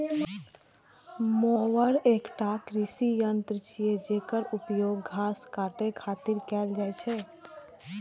mower एकटा कृषि यंत्र छियै, जेकर उपयोग घास काटै खातिर कैल जाइ छै